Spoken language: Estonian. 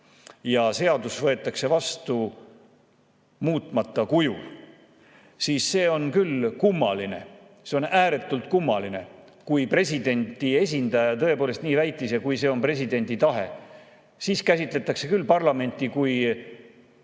ja seadus võetakse vastu muutmata kujul. See on küll kummaline. See on ääretult kummaline, kui presidendi esindaja tõepoolest nii väitis ja kui see on presidendi tahe. Siis käsitletakse küll parlamenti kui